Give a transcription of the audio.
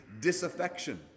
disaffection